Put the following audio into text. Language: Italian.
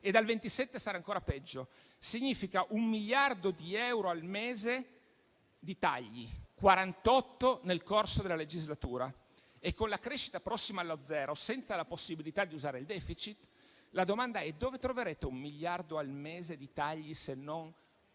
e dal 2027 sarà ancora peggio. Significa un miliardo di euro al mese di tagli, 48 nel corso della legislatura. E con la crescita prossima allo zero, senza la possibilità di usare il *deficit*, la domanda è dove troverete un miliardo al mese di tagli se non